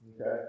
okay